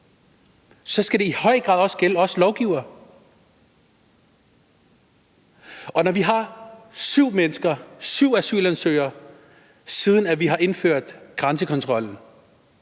så skal det i høj grad også gælde for os lovgivere. Og når vi har set syv mennesker, syv asylansøgere, siden vi har indført grænsekontrollen,